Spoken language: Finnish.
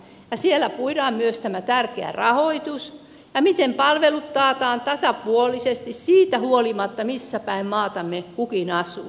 siellä puidaan myös tämä tärkeä rahoitus ja se miten palvelut taataan tasapuolisesti siitä huolimatta missä päin maatamme kukin asuu